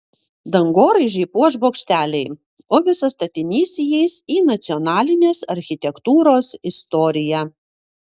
dangoraižį puoš bokšteliai o visas statinys įeis į nacionalinės architektūros istoriją